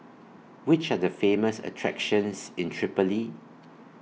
Which Are The Famous attractions in Tripoli